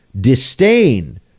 disdain